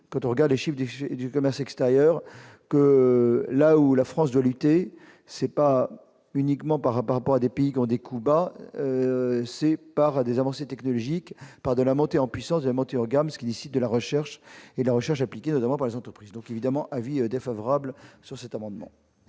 quand on regarde les chiffres, déchets et du commerce extérieur, que là où la France de lutter, c'est pas uniquement par rapport à par des pays qui ont des coups bas par des avancées technologiques, pas de la montée en puissance mots tu regardes ceux qui décident de la recherche et la recherche appliquée, notamment dans les entreprises, donc évidemment avis défavorable sur cet amendement.